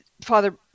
Father